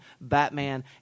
Batman